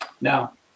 now